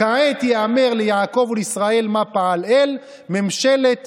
כמו שחלק מחבריי אומרים: זה יחזור אליכם כבומרנג,